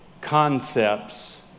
concepts